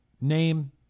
Name